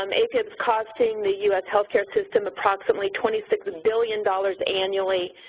um afib's causing the us healthcare system approximately twenty six billion dollars annually.